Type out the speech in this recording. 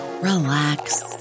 relax